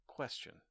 Question